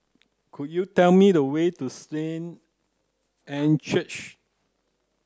could you tell me the way to Anne's Church